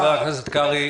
חבר הכנסת קרעי,